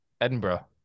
Edinburgh